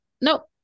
nope